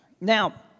now